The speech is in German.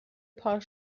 paar